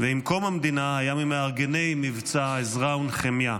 ועם קום המדינה היה ממארגני מבצע עזרא ונחמיה.